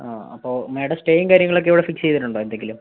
ആ അപ്പോൾ മാഡം സ്റ്റേയും കാര്യങ്ങളൊക്കെ എവിടെ ഫിക്സ് ചെയ്തിട്ട് ഉണ്ടോ എന്തെങ്കിലും